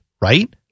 right